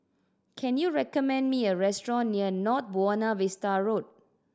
can you recommend me a restaurant near North Buona Vista Road